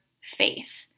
faith